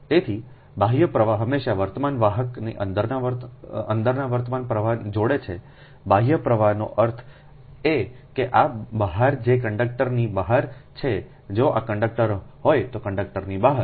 તેથી બાહ્ય પ્રવાહ હંમેશાં વર્તમાન વાહકની અંદરના વર્તમાન પ્રવાહને જોડે છે બાહ્ય પ્રવાહનો અર્થ એ કે આ બહાર છે જે કંડક્ટરની બહાર છે જો આ કંડક્ટર હોય તો કંડક્ટરની બહાર